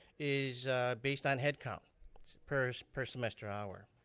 is based on head count per so per semester hour,